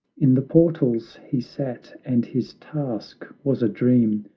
in the portals he sat, and his task was a dream,